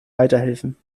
weiterhelfen